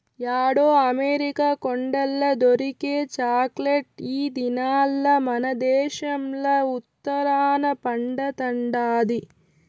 యాడో అమెరికా కొండల్ల దొరికే చాక్లెట్ ఈ దినాల్ల మనదేశంల ఉత్తరాన పండతండాది